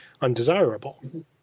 undesirable